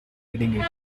needing